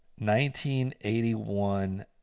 1981